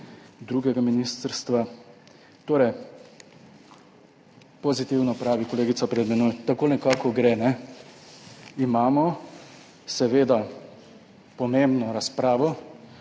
drugega ministrstva! Torej, pozitivno, pravi kolegica pred menoj, tako nekako gre, kajne? Imamo seveda pomembno razpravo